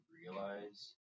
realize